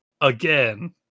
again